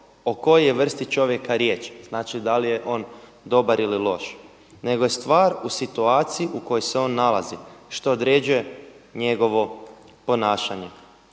o kojoj je vrsti čovjeka riječ, znači da li je on dobar ili loš, nego je stvar u situaciji u kojoj se on nalazi što određuje njegovo ponašanje.